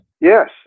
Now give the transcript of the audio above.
Yes